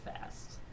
fast